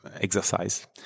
exercise